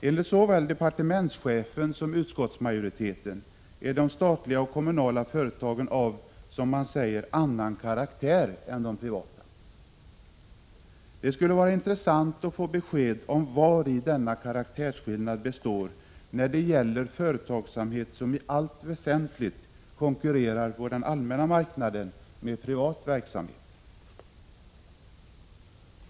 Enligt såväl departementschefen som utskottsmajoriteten är de statliga och kommunala företagen av, som man säger, annan karaktär än de privata. Det skulle vara intressant att få besked om vari denna karaktärsskillnad består när det gäller företagsamhet som i allt väsentligt konkurrerar med privat verksamhet på den allmänna marknaden.